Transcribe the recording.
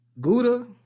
Gouda